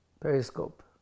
Periscope